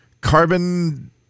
carbon